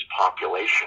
population